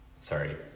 Sorry